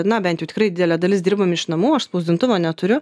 na bent jau tikrai didelė dalis dirbam iš namų aš spausdintuvo neturiu